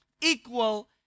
equal